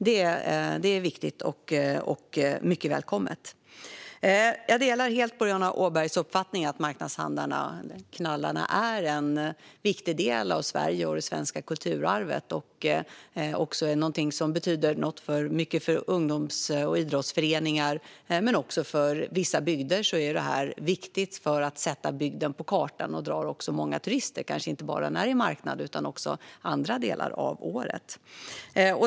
Det är viktigt och mycket välkommet. Jag delar helt Boriana Åbergs uppfattning att marknadshandlarna eller knallarna är en viktig del av Sverige och det svenska kulturarvet. Detta är också någonting som betyder mycket för ungdoms och idrottsföreningar. Också för vissa bygder är detta viktigt för att sätta bygden på kartan och dra turister, kanske inte bara när det är marknad utan också andra delar av året.